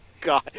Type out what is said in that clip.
God